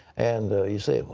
and you say,